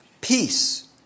peace